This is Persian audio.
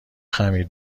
خمیر